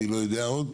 אני לא יודע עוד,